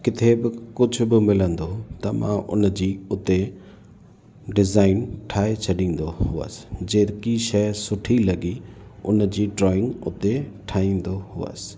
किथे बि कुझु बि मिलंदो त मां उन जी उते डिज़ाइन ठाहे छॾींदो हुउसि जेकी शइ सुठी लॻी उन जी ड्रॉइंग उते ठाहींदो हुउसि